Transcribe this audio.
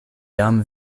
jam